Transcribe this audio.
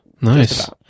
Nice